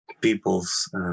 people's